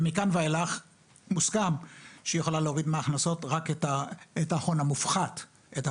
ומכאן ואילך מוסכם שהיא יכולה להוריד מההכנסות רק את ההון המופחת.